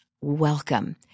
welcome